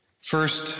First